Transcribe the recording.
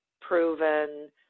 Proven